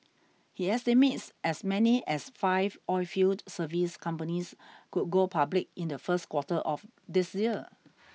he estimates as many as five oilfield service companies could go public in the first quarter of this year